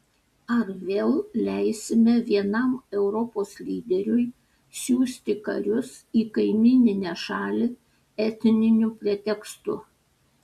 ar vėl leisime vienam europos lyderiui siųsti karius į kaimyninę šalį etniniu pretekstu